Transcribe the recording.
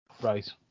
Right